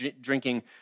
drinking